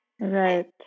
Right